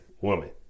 woman